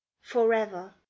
Forever